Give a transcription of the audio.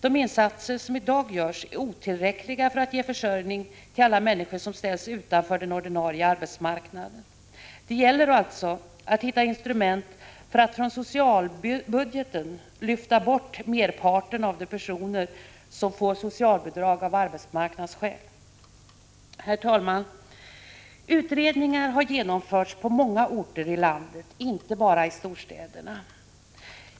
De insatser som i dag görs är otillräckliga för att ge försörjning till alla människor som ställs utanför den ordinarie arbetsmarknaden. Det gäller alltså att hitta instrument för att från socialbudgeten lyfta bort merparten av de personer som får socialbidrag av arbetsmarknadsskäl. Herr talman! Utredningar har genomförts på många orter i landet, inte bara i storstäderna.